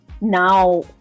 now